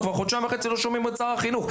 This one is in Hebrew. כבר חודשיים וחצי לא שומעים את שר החינוך.